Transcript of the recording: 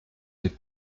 des